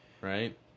Right